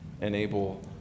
enable